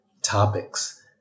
topics